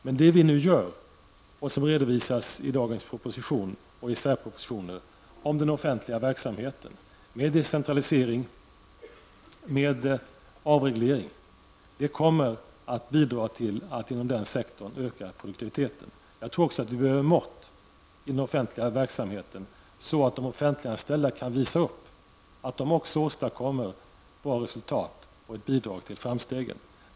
Men det vi nu och som redovisas i dagens proposition och i särpropositioner om den offentliga verksamheten med decentralisering och avreglering kommer att bidra till att inom denna sektor öka produktiviteten. Jag tror också att vi behöver ett mått på den offentliga verksamheten, så att de offentliganställda kan visa upp att de också åstadkommer bra resultat och bidrar till framstegen.